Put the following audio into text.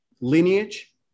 lineage